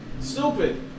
Stupid